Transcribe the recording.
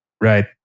Right